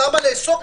אמרו: למה לאסור?